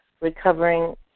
recovering